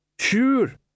Sure